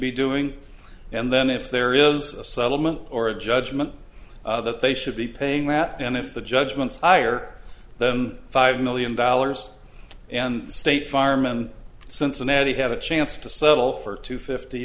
be doing and then if there is a settlement or a judgment that they should be paying that and if the judgments higher than five million dollars and state farm in cincinnati have a chance to settle for two fifty